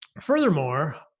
furthermore